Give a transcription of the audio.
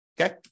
okay